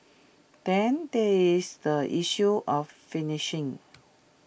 then there is the issue of fishing